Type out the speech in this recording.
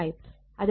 അതിനാൽ K 0